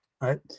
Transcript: right